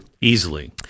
easily